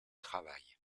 travail